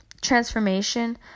transformation